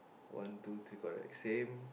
one two three correct same